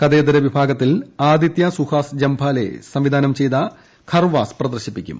കഥേതര വിഭാഗത്തിൽ ആദിത്യ സുഹൃസ്പ് ജംഭാലെ സംവിധാനം ചെയ്ത ഖർവാസ് പ്രദർശിപ്പിക്കും